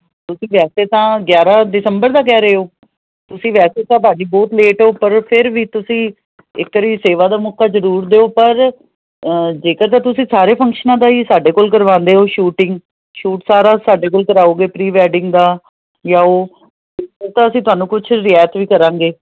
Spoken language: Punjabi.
ਤੁਸੀਂ ਵੈਸੇ ਤਾਂ ਗਿਆਰਾਂ ਦਸੰਬਰ ਦਾ ਕਹਿ ਰਹੇ ਹੋ ਤੁਸੀਂ ਵੈਸੇ ਤਾਂ ਭਾਅ ਜੀ ਬਹੁਤ ਲੇਟ ਹੋ ਪਰ ਫਿਰ ਵੀ ਤੁਸੀਂ ਇੱਕ ਵਾਰੀ ਸੇਵਾ ਦਾ ਮੌਕਾ ਜਰੂਰ ਦਿਓ ਪਰ ਜੇਕਰ ਤਾਂ ਤੁਸੀਂ ਸਾਰੇ ਫੰਕਸ਼ਨਾਂ ਦਾ ਹੀ ਸਾਡੇ ਕੋਲ ਕਰਵਾਉਂਦੇ ਹੋ ਸ਼ੂਟਿੰਗ ਸ਼ੂਟ ਸਾਰਾ ਸਾਡੇ ਕੋਲ ਕਰਾਉਗੇ ਪ੍ਰੀ ਵੈਡਿੰਗ ਦਾ ਜਾਂ ਉਹ ਤਾਂ ਅਸੀਂ ਤੁਹਾਨੂੰ ਕੁਝ ਰਿਆਤ ਵੀ ਕਰਾਂਗੇ